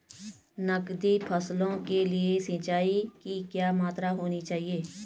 नकदी फसलों के लिए सिंचाई की क्या मात्रा होनी चाहिए?